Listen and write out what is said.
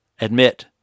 Admit